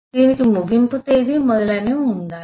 దీనికి ముగింపు తేదీ మొదలైనవి ఉండాలి